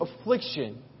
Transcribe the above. affliction